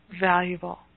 valuable